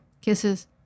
Kisses